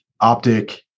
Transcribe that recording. Optic